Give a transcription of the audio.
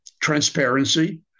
transparency